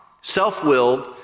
Self-willed